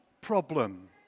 problem